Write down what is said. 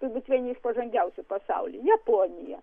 turbūt vieni iš pažangiausių pasaulyje japonija